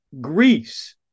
Greece